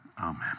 Amen